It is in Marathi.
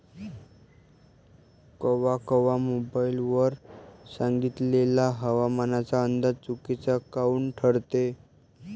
कवा कवा मोबाईल वर सांगितलेला हवामानाचा अंदाज चुकीचा काऊन ठरते?